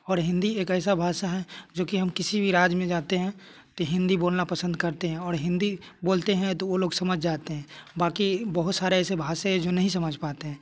और हिंदी एक ऐसा भाषा है जो कि हम किसी भी राज्य में जाते हैं तो हिंदी बोलना पसंद करते हैं और हिंदी बोलते हैं तो वो लोग समझ जाते हैं बाकी बहुत सारा ऐसे भाषा हैं जो नहीं समझ पाते हैं